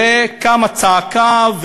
וקמה צעקה,